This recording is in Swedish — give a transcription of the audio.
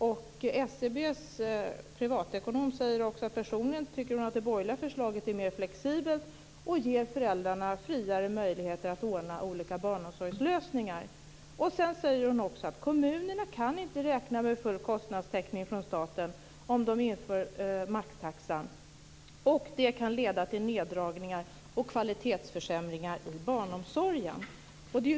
SCB:s privatekonom säger också att hon personligen tycker att det borgerliga förslaget är mer flexibelt och ger föräldrarna friare möjligheter att ordna olika barnomsorgslösningar. Hon säger också att kommunerna inte kan räkna med full kostnadstäckning från staten om de inför maxtaxan. Det kan leda till neddragningar och kvalitetsförsämringar i barnomsorgen.